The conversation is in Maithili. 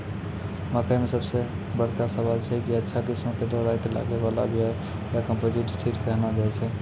मकई मे सबसे बड़का सवाल छैय कि अच्छा किस्म के दोहराय के लागे वाला बिया या कम्पोजिट सीड कैहनो छैय?